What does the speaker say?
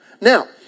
Now